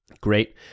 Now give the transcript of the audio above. Great